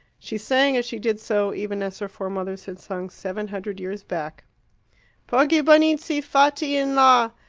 she sang as she did so, even as her foremothers had sung seven hundred years back poggibonizzi, fatti in la,